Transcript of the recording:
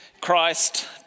Christ